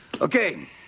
Okay